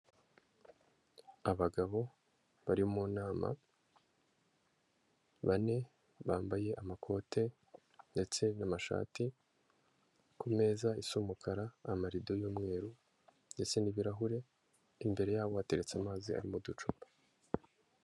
Abagabo bari mu nama bane bambaye amakote ndetse n'amashati, ku meza isa umukara, amarido y'umweru ndetse n'ibirahure imbere yabo hateretse amazi ari mu ducupa.